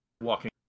walking